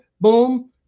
Boom